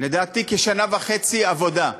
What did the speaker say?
לדעתי, כשנה וחצי עבודה,